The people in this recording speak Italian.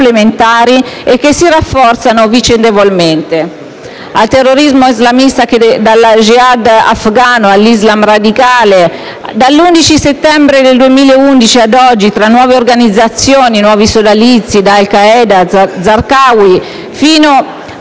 e che si rafforzano vicendevolmente. Il terrorismo islamista va dal *jihad* afgano all'Islam radicale, dall'11 settembre 2001 ad oggi, tra nuove organizzazioni e nuovi sodalizi, da Al Qaeda e al-Zarqawi fino alla